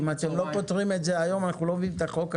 אם אתם לא פותרים את זה היום אנחנו לא מביאים את החוק הזה.